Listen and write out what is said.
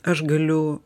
aš galiu